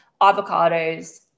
avocados